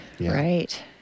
right